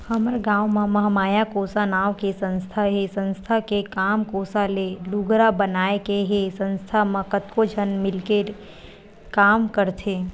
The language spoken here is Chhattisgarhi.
हमर गाँव म महामाया कोसा नांव के संस्था हे संस्था के काम कोसा ले लुगरा बनाए के हे संस्था म कतको झन मिलके के काम करथे